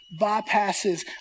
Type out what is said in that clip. bypasses